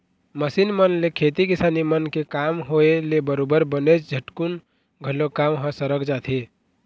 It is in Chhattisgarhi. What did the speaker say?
मसीन मन ले खेती किसानी मन के काम होय ले बरोबर बनेच झटकुन घलोक काम ह सरक जाथे